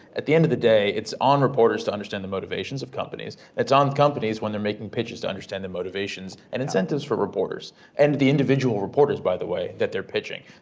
at the end of the day, it's on reporters to understand the motivations of companies, it's on companies when they're making pitches to understand the motivations and incentives for reporters and the individual reporters by the way, that they're pitching.